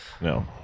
No